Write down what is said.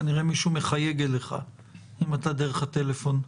כנראה שמישהו מחייג אליך אם אתה דרך הטלפון.